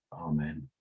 Amen